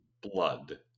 blood